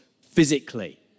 physically